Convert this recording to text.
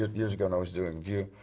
years ago when i was doing view,